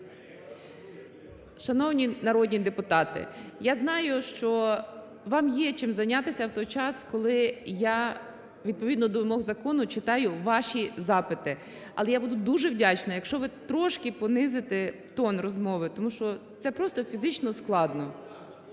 Шановні народні депутати, я знаю, що вам є чим зайнятися в той час, коли я, відповідно до вимог закону, читаю ваші запити. Але я буду дуже вдячна, якщо ви трішки понизите тон розмови, тому що це просто фізично складно.